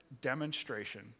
demonstration